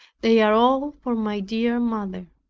they are all for my dear mother.